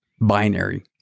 binary